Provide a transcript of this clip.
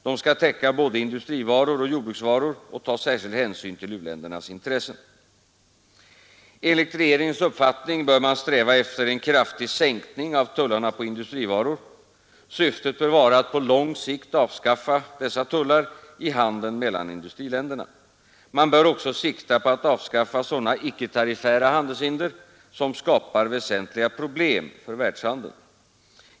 De skall täcka både industrivaror och jordbruksvaror och ta särskild hänsyn till u-ländernas intressen. Enligt regeringens uppfattning bör man sträva efter en kraftig sänkning av tullarna på industrivaror. Syftet bör vara att på lång sikt avskaffa dessa tullar i handeln mellan industriländerna. Man bör även sikta på att avskaffa sådana icke-tariffära handelshinder som skapar väsentliga problem för världshandeln.